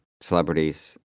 celebrities